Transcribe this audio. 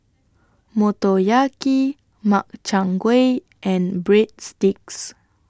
Motoyaki Makchang Gui and Breadsticks